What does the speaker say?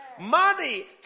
Money